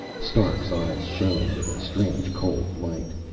stark's eyes shone with a strange, cold light.